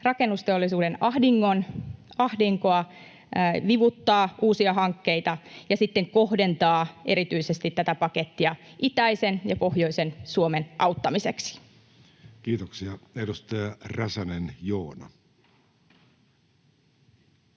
rakennusteollisuuden ahdinkoa, vivuttaa uusia hankkeita ja sitten kohdentaa erityisesti tätä pakettia itäisen ja pohjoisen Suomen auttamiseksi. [Speech 6] Speaker: Jussi